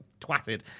twatted